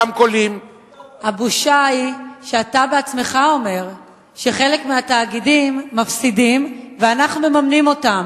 הבושה היא שאתה עצמך אומר שחלק מהתאגידים מפסידים ואנחנו מממנים אותם.